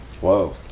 Whoa